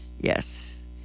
Yes